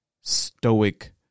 stoic